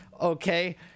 okay